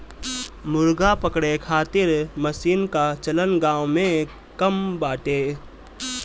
मुर्गा पकड़े खातिर मशीन कअ चलन गांव में कम बाटे